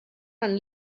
amb